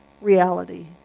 reality